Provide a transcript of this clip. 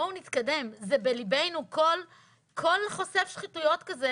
בואו נתקדם, זה בליבנו, כל חושף שחיתויות כזה